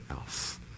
else